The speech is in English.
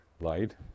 light